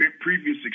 previous